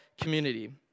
community